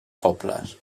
pobles